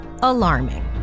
alarming